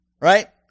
right